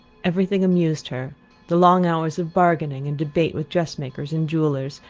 everything amused her the long hours of bargaining and debate with dress-makers and jewellers,